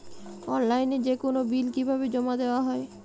অনলাইনে যেকোনো বিল কিভাবে জমা দেওয়া হয়?